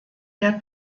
der